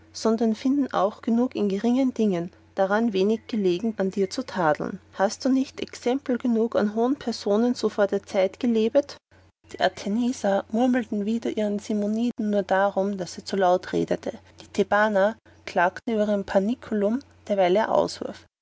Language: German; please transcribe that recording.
sondern finden auch genug in geringen dingen daran wenig gelegen an dir zu tadeln hast du nicht exempel genug an hohen personen so vor der zeit gelebt die athenienser murmelten wider ihren simonidem nur darum daß er zu laut redete die thebaner klagten über ihren paniculum dieweil er